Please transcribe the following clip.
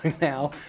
now